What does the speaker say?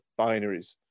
binaries